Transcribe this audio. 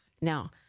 now